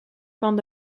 van